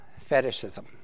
fetishism